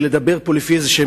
ולדבר פה לפי איזשהן